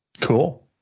Cool